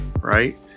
right